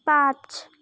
पाँच